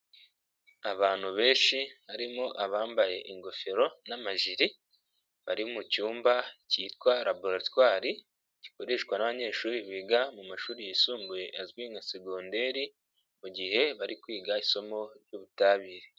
Abantu benshi harimo abambaye ingofero n'amajiri bari mu cyumba cyitwa laboratwari gikoreshwa n'banyeshuri biga mu mashuri yisumbuye azwi nka segonderi mu mugihe bari kwiga isomo ry'ubutabire.